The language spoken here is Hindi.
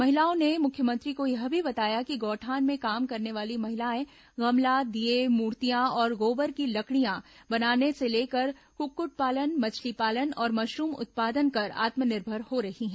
महिलाओं ने मुख्यमंत्री को यह भी बताया कि गौठान में काम करने वाली महिलाएं गमला दीये मूर्तियां और गोबर की लकड़ियां बनाने से लेकर कुक्कुट पालन मछली पालन और मशरूम उत्पादन कर आत्मनिर्भर हो रही हैं